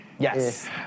Yes